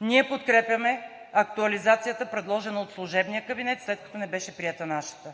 Ние подкрепяме актуализацията, предложена от служебния кабинет, след като не беше приета нашата: